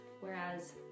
Whereas